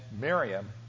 Miriam